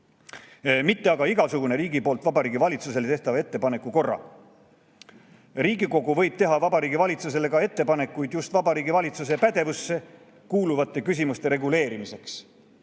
mitte aga igasuguse [Riigikogu] poolt Vabariigi Valitsusele tehtava ettepaneku korral. Riigikogu võib teha Vabariigi Valitsusele ka ettepanekuid just Vabariigi Valitsuse pädevusse kuuluvate küsimuste reguleerimiseks.